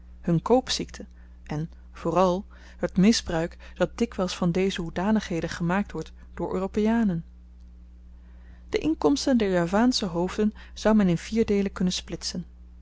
hun koopziekte en vooral het misbruik dat dikwyls van deze hoedanigheden gemaakt wordt door europeanen de inkomsten der javaansche hoofden zou men in vier deelen kunnen splitsen